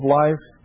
life